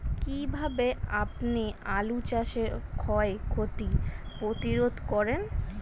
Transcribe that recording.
কীভাবে আপনি আলু চাষের ক্ষয় ক্ষতি প্রতিরোধ করেন?